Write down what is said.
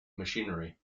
machinery